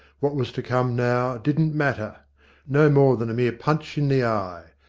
what was to come now didn't matter no more than a mere punch in the eye.